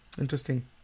Interesting